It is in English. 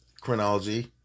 chronology